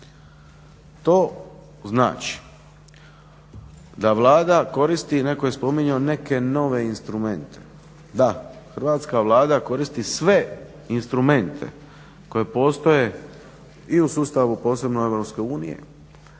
To znači da Vlada koristi netko je spominjao neke nove instrumente. Da, hrvatska Vlada koristi sve instrumente koji postoje i u sustavu posebno EU kako bi